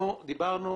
עדיף.